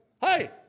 Hey